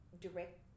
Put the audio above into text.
direct